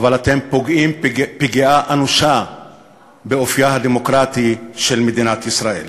אבל אתם פוגעים פגיעה אנושה באופייה הדמוקרטי של מדינת ישראל.